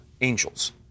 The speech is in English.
angels